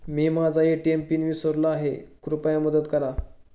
मी माझा ATM PIN विसरलो आहे, कृपया मदत करा